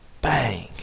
Bang